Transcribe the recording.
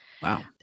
Wow